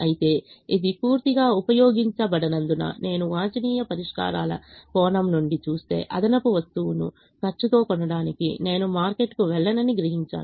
అయితే ఇది పూర్తిగా వినియోగించబడనందున నేను వాంఛనీయ పరిష్కారాల కోణం నుండి చూస్తే అదనపు వస్తువును ఖర్చుతో కొనడానికి నేను మార్కెట్కు వెళ్ళనని గ్రహించాను